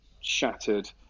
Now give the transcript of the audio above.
shattered